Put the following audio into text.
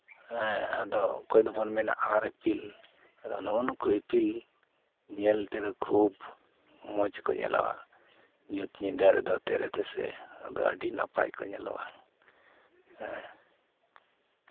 ᱦᱮᱸ ᱟᱫᱚ ᱚᱠᱚᱭ ᱫᱚᱵᱚᱱ ᱢᱮᱱᱟ ᱟᱬᱟᱨ ᱤᱯᱤᱞ ᱱᱩᱜᱼᱚᱭ ᱱᱩᱠᱩ ᱤᱯᱤᱞ ᱧᱮᱞ ᱛᱮᱫᱚ ᱠᱷᱩᱵ ᱢᱚᱡᱽ ᱠᱚ ᱧᱮᱞᱚᱜᱼᱟ ᱧᱩᱛ ᱧᱤᱫᱟᱹ ᱨᱮᱫᱚ ᱛᱮᱨᱮ ᱛᱮᱥᱮ ᱟᱫᱚ ᱟᱹᱰᱤ ᱱᱟᱯᱟᱭ ᱠᱚ ᱧᱮᱞᱚᱜᱼᱟ ᱦᱮᱸ